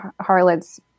Harlot's